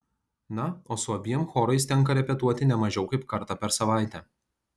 na o su abiem chorais tenka repetuoti ne mažiau kaip kartą per savaitę